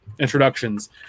introductions